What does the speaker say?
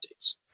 updates